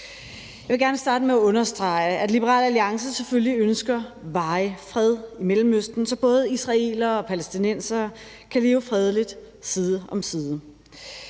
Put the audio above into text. Jeg vil gerne starte med at understrege, at Liberal Alliance selvfølgelig ønsker varig fred i Mellemøsten, så både israelere og palæstinensere kan leve fredeligt side om side.